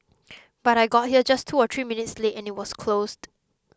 but I got here just two or three minutes late and it was closed